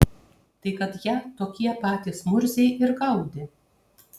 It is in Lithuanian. tai kad ją tokie patys murziai ir gaudė